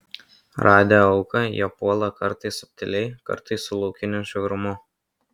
radę auką jie puola kartais subtiliai kartais su laukiniu žiaurumu